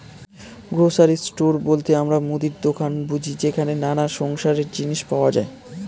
grocery store বলতে আমরা মুদির দোকান বুঝি যেখানে নানা সংসারের জিনিস পাওয়া যায়